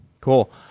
cool